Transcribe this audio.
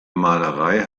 malerei